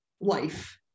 life